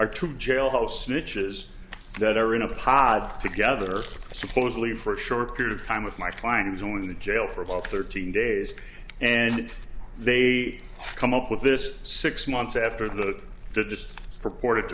or to jailhouse snitches that are in a pod together supposedly for a short period of time with my clients going to jail for about thirteen days and they come up with this six months after that that this purported